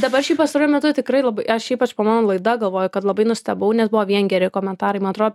dabar šiaip pastaruoju metu tikrai labai aš ypač mano laida galvoj kad labai nustebau nes buvo vien geri komentarai man atrodo